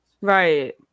Right